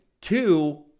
two